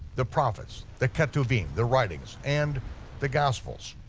the prophets, the ketuvim, the writings, and the gospels.